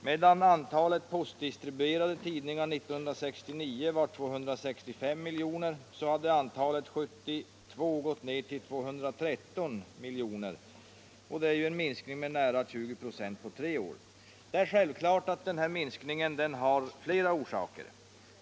Medan antalet postdistribuerade tidningar 1969 var 265 miljoner hade antalet år-1972 gått ner till 213 miljoner. Det är en minskning med nära 20 96 på tre år. Det är självklart att den här minskningen har flera orsaker.